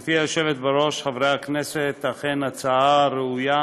גברתי היושבת בראש, חברי הכנסת, אכן הצעה ראויה.